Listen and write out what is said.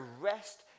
rest